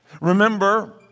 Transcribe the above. Remember